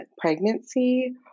pregnancy